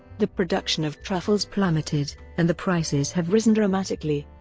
the production of truffles plummeted, and the prices have risen dramatically.